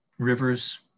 rivers